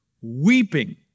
weeping